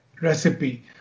recipe